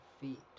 feet